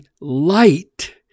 light